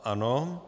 Ano.